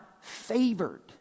favored